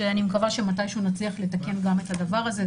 שאני מקווה שמתי שהוא נצליח לתקן גם את הדבר הזה.